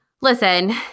Listen